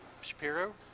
Shapiro